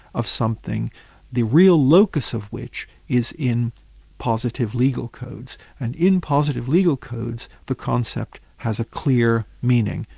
of something the real locus of which is in positive legal codes. and in positive legal codes, the concept has a clear meaning,